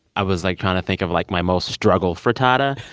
i was like trying to think of like my most struggle frittata.